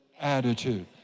attitude